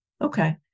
Okay